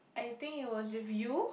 I think it was with you